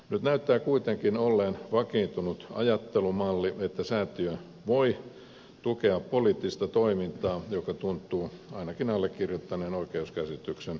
nyt näyttää kuitenkin olleen vakiintunut ajattelumalli että säätiö voi tukea poliittista toimintaa mikä tuntuu ainakin allekirjoittaneen oikeuskäsityksen vastaiselta